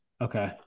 Okay